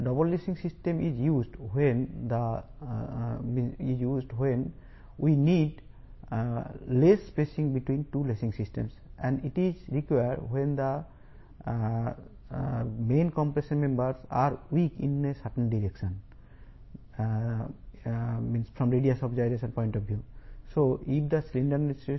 రెండు lacing system ల మధ్య మనకు తక్కువ స్పేసింగ్ అవసరమైనప్పుడు డబుల్ లేసింగ్ సిస్టమ్ ఉపయోగించబడుతుంది మరియు మెయిన్ కంప్రెషన్ మెంబెర్స్ ఒక నిర్దిష్ట దిశలో బలహీనంగా ఉన్నప్పుడు అంటే radius of gyration point of view లో ఇది అవసరం అవుతుంది